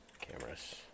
cameras